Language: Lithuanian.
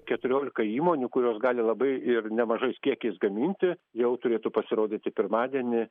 keturiolika įmonių kurios gali labai ir nemažais kiekiais gaminti jau turėtų pasirodyti pirmadienį